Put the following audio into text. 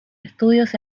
estudios